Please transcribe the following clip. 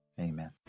amen